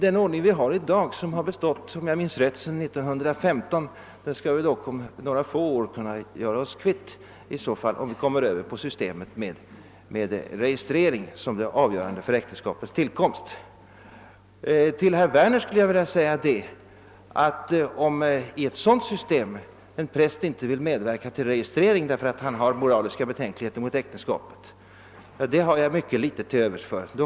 Den ordning vi har i dag och som, om jag minns rätt, bestått sedan 1915, bör vi dock kunna göra oss kvitt om några få år och komma över på systemet med registrering som det avgörande för äktenskapets tillkomst. Till herr Werner vill jag säga att om i ett sådant system en präst inte vill medverka till registrering därför att han hyser samvetsbetänkligheter mot ett äktenskap, så har jag mycket litet till övers för det.